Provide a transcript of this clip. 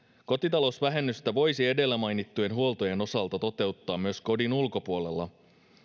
kotitalousvähennystä voisi edellä mainittujen huoltojen osalta toteuttaa myös kodin ulkopuolella